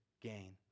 gain